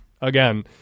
again